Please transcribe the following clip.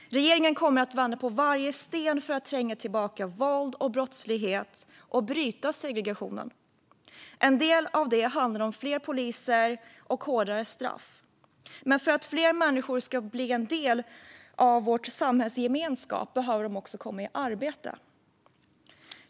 Regeringen kommer att vända på varje sten för att tränga tillbaka våld och brottslighet och bryta segregationen. En del av det handlar om fler poliser och hårdare straff. Men för att fler människor ska bli en del av vår samhällsgemenskap behöver de också komma i arbete.